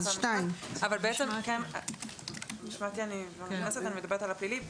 אני לא מתייחסת למשמעתי, אני מדברת על הפלילי.